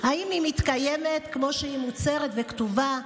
האם היא מתקיימת כמו שהיא מוצהרת וכתובה?